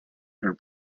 her